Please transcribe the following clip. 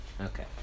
Okay